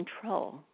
control